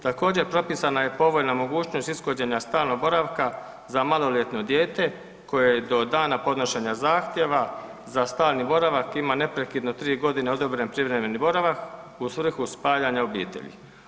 Također propisana je povoljna mogućnost ishođenja stalnog boravka za maloljetno dijete koje do dana podnošenja zahtjeva za stalni boravak ima neprekidno tri godine odobren privremeni boravak u svrhu spajanja obitelji.